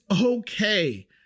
okay